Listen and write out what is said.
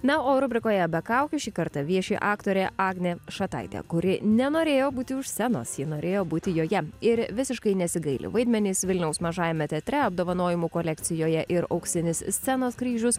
na o rubrikoje be kaukių šį kartą vieši aktorė agnė šataitė kuri nenorėjo būti už scenos ji norėjo būti joje ir visiškai nesigaili vaidmenys vilniaus mažajame teatre apdovanojimų kolekcijoje ir auksinis scenos kryžius